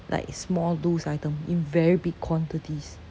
like small loose item in very big quantities